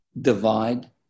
divide